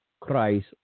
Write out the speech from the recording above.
Christ